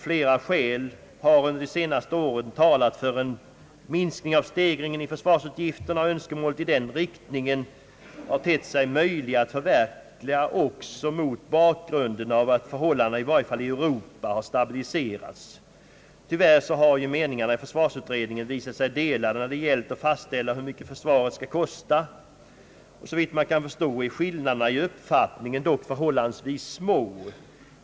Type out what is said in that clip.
Flera skäl har emellertid under de senaste åren talat för en minskning av stegringen i försvarsutgifterna, och önskemål i den riktningen har tett sig möjliga att förverkliga också mot bakgrunden av att förhållandena i varje fall i Europa har stabiliserats. Tyvärr har meningarna i försvarsutredningen visat sig delade när det gällt att fastställa hur mycket försvaret skall kosta. Så vitt man kan förstå är skillnaderna i uppfattningarna dock förhållandevis små.